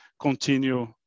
continue